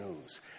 news